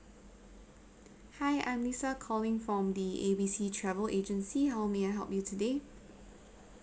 hi I'm lisa calling from the A B C travel agency how may I help you today